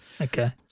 Okay